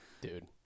Dude